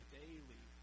daily